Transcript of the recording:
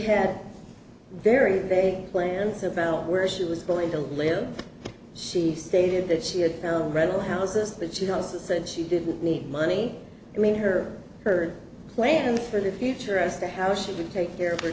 had very great plans about where she was going to live she stated that she had found rental houses but she also said she didn't need money i mean her her plans for the future as to how she would take care of he